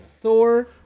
Thor